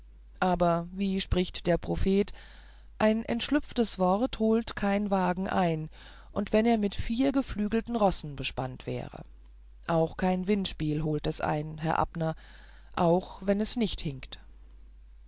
aber wie spricht der prophet ein entschlüpftes wort holt kein wagen ein und wenn er mit vier flüchtigen rossen bespannt wäre auch kein windspiel holt es ein herr abner auch wenn es nicht hinkt